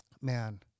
man